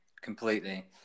Completely